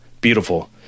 beautiful